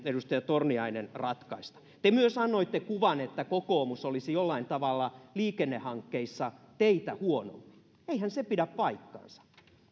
edustaja torniainen ratkaista te myös annoitte kuvan että kokoomus olisi jollain tavalla liikennehankkeissa teitä huonompi eihän se pidä paikkaansa